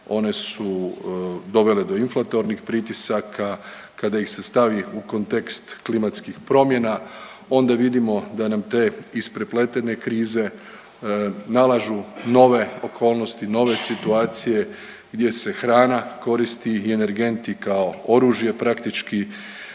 One su dovele do inflatornih pritisaka. Kada ih se stavi u kontekst klimatskih promjena onda vidimo da nam te isprepletene krize nalažu nove okolnosti, nove situacije gdje se hrana koristi i energenti kao oružje praktički,